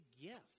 gift